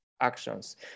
actions